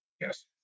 Yes